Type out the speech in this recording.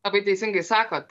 labai teisingai sakot